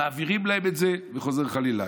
מעבירים להם את זה וחוזר חלילה.